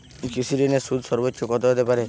কৃষিঋণের সুদ সর্বোচ্চ কত হতে পারে?